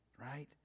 right